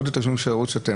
השירות.